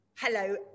Hello